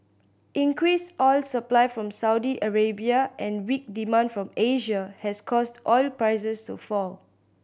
increased oil supply from Saudi Arabia and weak demand from Asia has caused oil prices to fall